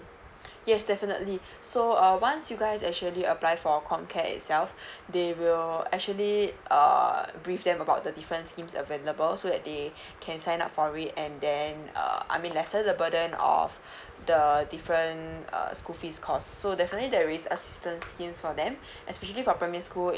yes definitely so uh once you guys actually apply for comcare itself they will actually err brief them about the different schemes available so that they can sign up for it and then uh I mean lessen the burden of the different uh school fees cost so definitely there is assistance schemes for them especially for primary school